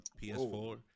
PS4